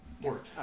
work